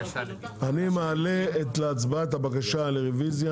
אני מעלה להצבעה את הבקשה לרביזיה